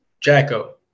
Jacko